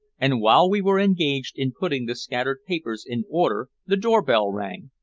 and while we were engaged in putting the scattered papers in order the door-bell rang,